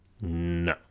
No